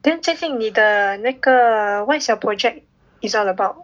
then 最近你的那个 what is your project is all about